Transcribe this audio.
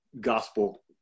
gospel